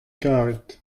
karet